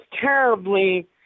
terribly